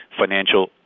financial